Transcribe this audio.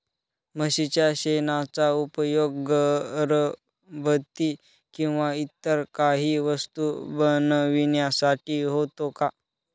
म्हशीच्या शेणाचा उपयोग अगरबत्ती किंवा इतर काही वस्तू बनविण्यासाठी होतो का?